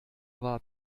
war